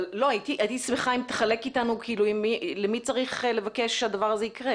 אבל הייתי שמחה אם תחלוק איתנו למי צריך לבקש שהדבר הזה יקרה.